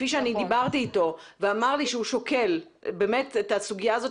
כפי שדיברתי איתו ואמר לי שהוא שוקל את הסוגיה של